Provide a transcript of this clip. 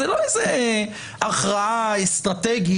זאת לא איזו הכרעה אסטרטגית,